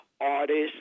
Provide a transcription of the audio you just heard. artists